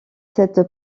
cette